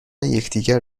یکدیگر